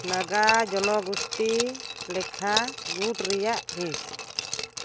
ᱱᱟᱜᱟ ᱡᱚᱱᱚᱜᱳᱥᱴᱤ ᱞᱮᱠᱷᱟ ᱜᱩᱴ ᱨᱮᱭᱟᱜ ᱦᱤᱸᱥ